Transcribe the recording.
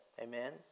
Amen